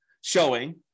showing